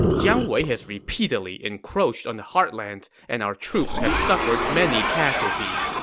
jiang wei has repeatedly encroached on the heartlands, and our troops have suffered many casualties.